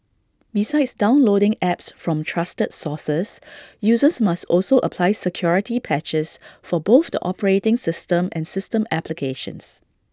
besides downloading apps from trusted sources users must also apply security patches for both the operating system and system applications